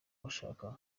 bashaka